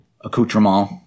accoutrement